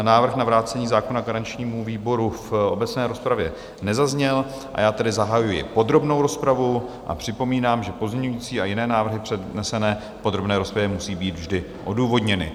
Návrh na vrácení zákona garančnímu výboru v obecné rozpravě nezazněl, a já tedy zahajuji podrobnou rozpravu a připomínám, že pozměňovací a jiné návrhy přednesené v podrobné rozpravě musí být vždy odůvodněny.